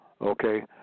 Okay